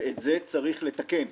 ואת זה צריך לתקן,